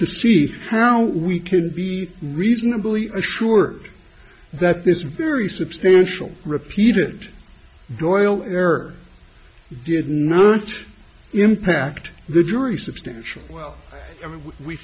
to see how we could be reasonably assured that this very substantial repeated doyle error did not impact the jury substantial well we